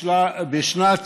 בשנת